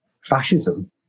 fascism